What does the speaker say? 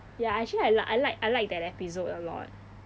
ya actually I like I like I like that episode a lot